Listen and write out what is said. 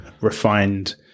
refined